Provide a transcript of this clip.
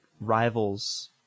rivals